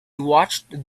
watched